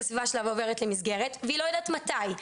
הסביבה שלה ועוברת למסגרת והיא לא יודעת מתי.